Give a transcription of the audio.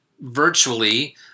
virtually